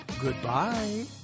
Goodbye